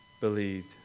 believed